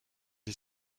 est